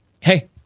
hey